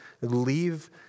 leave